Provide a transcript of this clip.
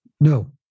no